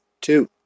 Two